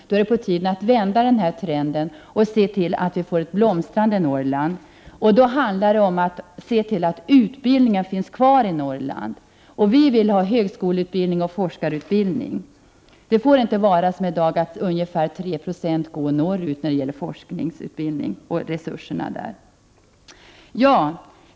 Det är på tiden att vända den här trenden och se till att vi får ett blomstrande Norrland. Det förutsätter att utbildningen finns kvar där. Vi vill ha högskoleutbildning och forskarutbildning. Det får inte vara som i dag, att ungefär 3 96 av resurserna när det gäller forskningsutbildning går norrut.